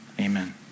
amen